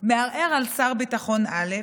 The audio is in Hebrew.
מערער על שר ביטחון א',